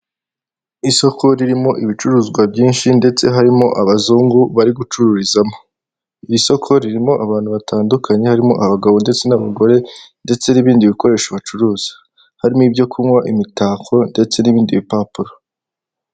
Isoko ririmo ibicuruzwa byinshi ndetse harimo abazungu bari gucururizamo, iri soko ririmo abantu batandukanye, harimo abagabo ndetse n'abagore, ndetse n'ibindi bikoresho bacuruza harimo ibyo kunywa imitako ndetse n'ibindi bipapuro.